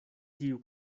tiu